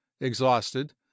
exhausted